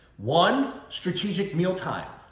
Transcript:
one, strategic mealtime.